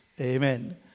Amen